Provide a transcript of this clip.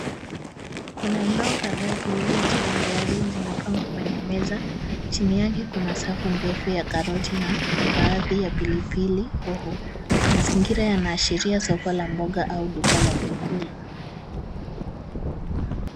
Kuna ndoo kadhaa zilizojaa viazi zimepangwa kwenye meza .Chini yake kuna safu ndefu ya karoti na baadhi ya pilipili hoho. Mazingira yanaashiria soko la mboga au duka la vyakula.